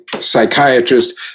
psychiatrist